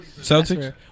Celtics